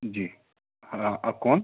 जी हाँ आप कौन